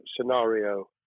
scenario